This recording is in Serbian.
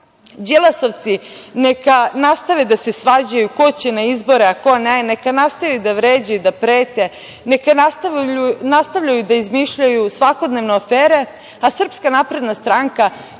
Đilasovci neka nastave da se svađaju ko će na izbore, a ko ne, neka nastave da vređaju i da prete , neka nastavljaju da izmišljaju svakodnevne afere, a SNS nastaviće